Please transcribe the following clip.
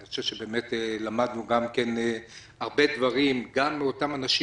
אני חושב שבאמת למדנו גם הרבה דברים מאותם אנשים